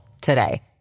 today